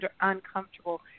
uncomfortable